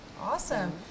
Awesome